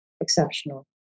exceptional